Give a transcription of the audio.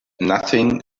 nothing